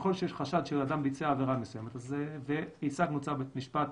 ככל שיש חשד שאדם ביצע עבירה מסוימת והשגנו צו בית משפט,